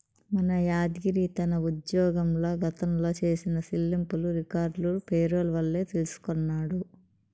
మన యాద్గిరి తన ఉజ్జోగంల గతంల చేసిన చెల్లింపులు రికార్డులు పేరోల్ వల్లే తెల్సికొన్నాడు